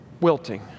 wilting